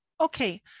okay